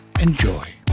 Enjoy